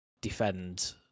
defend